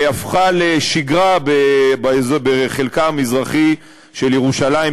הפכה לשגרה בחלקה המזרחי של ירושלים,